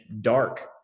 dark